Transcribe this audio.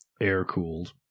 air-cooled